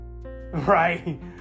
Right